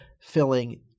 filling